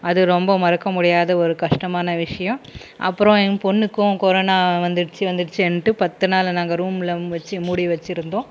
அது ரொம்ப மறக்க முடியாத ஒரு கஷ்டமான விஷயம் அப்புறம் என் பொண்ணுக்கும் கொரோனா வந்துடுச்சு வந்துடுச்சுன்ட்டு பத்து நாள் நாங்கள் ரூம்மில வச்சு மூடி வச்சுருந்தோம்